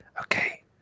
Okay